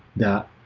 that